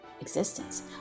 existence